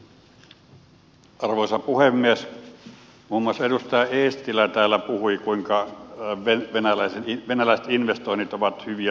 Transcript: muun muassa edustaja eestilä täällä puhui kuinka venäläisten investoinnit ovat hyviä tälle maalle